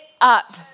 up